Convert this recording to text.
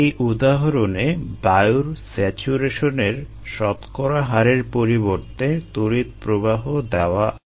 এই উদাহরণে বায়ুর স্যাচুরেশনের শতকরা হারের পরিবর্তে তড়িৎ প্রবাহ দেওয়া হয়েছে